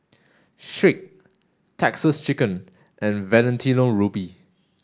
Schick Texas Chicken and Valentino Rudy